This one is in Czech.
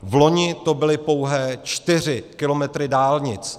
Vloni to byly pouhé 4 kilometry dálnic.